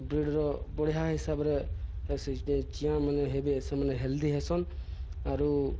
breeder ବଢ଼ିଆ ହିସାବରେ ସେ ଚିଆଁମାନେ ହେବେ ସେମାନେ ହେଲ୍ଦି ହେସନ୍ ଆରୁ